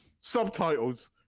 subtitles